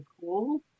cool